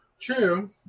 True